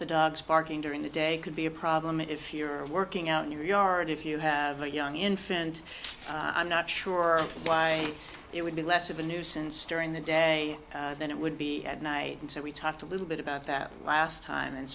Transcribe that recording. the dogs barking during the day could be a problem if you're working out in your yard if you have a young infant i'm not sure why it would be less of a nuisance during the day than it would be at night and so we talked a little bit about that last time and